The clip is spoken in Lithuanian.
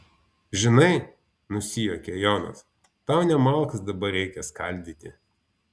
žinai nusijuokia jonas tau ne malkas dabar reikia skaldyti